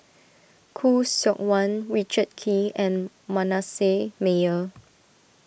Khoo Seok Wan Richard Kee and Manasseh Meyer